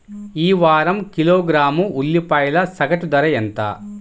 ఈ వారం కిలోగ్రాము ఉల్లిపాయల సగటు ధర ఎంత?